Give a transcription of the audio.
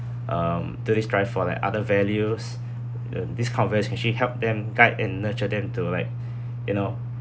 um do they strive for like other values and this actually help them guide and nurture them to like you know